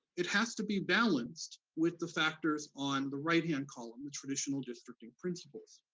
it has to be balanced with the factors on the right-hand column, the traditional redistricting principles.